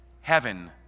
Heaven